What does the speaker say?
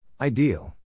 Ideal